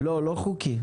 לא, לא חוקיים.